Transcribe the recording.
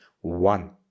one